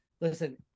Listen